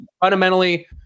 fundamentally